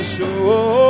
Show